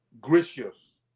gracious